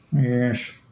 Yes